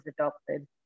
adopted